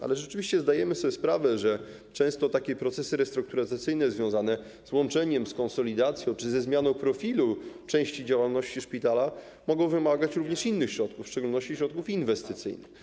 Ale rzeczywiście zdajemy sobie sprawę, że często takie procesy restrukturyzacyjne związane z łączeniem, z konsolidacją czy ze zmianą profilu części działalności szpitala mogą wymagać również innych środków, w szczególności środków inwestycyjnych.